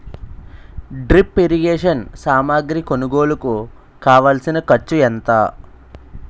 drip irrigation సామాగ్రి కొనుగోలుకు కావాల్సిన ఖర్చు ఎంత